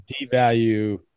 devalue